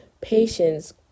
patience